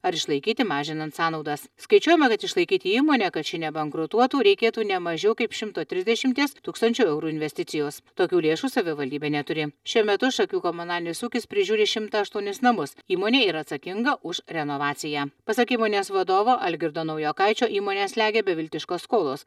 ar išlaikyti mažinant sąnaudas skaičiuojama kad išlaikyti įmonę kad ši nebankrutuotų reikėtų ne mažiau kaip šimto trisdešimties tūkstančių eurų investicijos tokių lėšų savivaldybė neturi šiuo metu šakių komunalinis ūkis prižiūri šimtą aštuonis namus įmonė yra atsakinga už renovaciją pasak įmonės vadovo algirdo naujokaičio įmonę slegia beviltiškos skolos